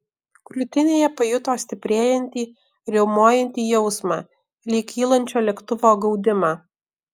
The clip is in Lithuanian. krūtinėje pajuto stiprėjantį riaumojantį jausmą lyg kylančio lėktuvo gaudimą